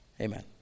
Amen